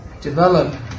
develop